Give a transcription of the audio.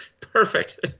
Perfect